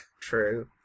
true